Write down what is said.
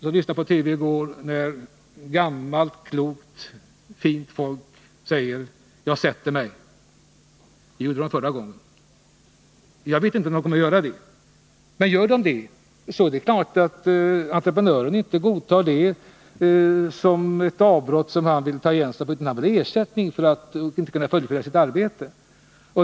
Jag lyssnade på TV i går, där gammalt klokt, fint folk sade: Jag sätter mig i vägen när de kommer. Det gjorde de förra gången. Jag vet inte om de kommer att göra det nu, men gör de det är det klart att entreprenören inte godtar det som ett avbrott att ta igen sig på utan han vill ha ersättning för att han inte kan fullfölja sitt arbete.